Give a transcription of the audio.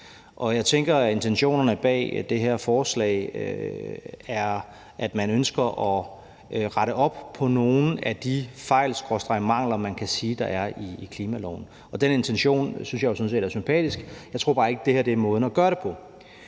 Jeg tænker, at intentionerne bag det her forslag er, at man ønsker at rette op på nogle af de fejl skråstreg mangler, man kan sige der er i klimaloven. Og den intention synes jeg jo sådan set er sympatisk, men jeg tror bare ikke, at det her er måden at gøre det på.